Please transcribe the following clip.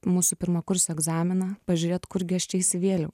mūsų pirmo kurso egzaminą pažiūrėt kurgi aš čia įsivėliau